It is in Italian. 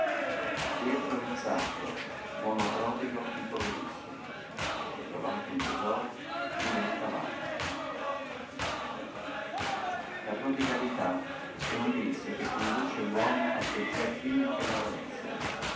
pietro rizzato uomo prodigo impoverisse e trovato un tesoro diventa avaro la prodigalità è un vizio che conduce l uomo a peggior fine che l avarizia